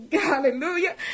hallelujah